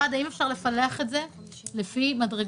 הראשון הוא הם אפשר לפלח את זה לפי מדרגות